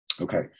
Okay